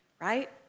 right